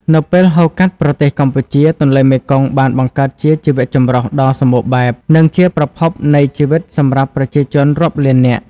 នៅពេលហូរកាត់ប្រទេសកម្ពុជា ទន្លេមេគង្គបានបង្កើតជាជីវចម្រុះដ៏សម្បូរបែប និងជាប្រភពនៃជីវិតសម្រាប់ប្រជាជនរាប់លាននាក់។